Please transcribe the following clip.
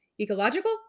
ecological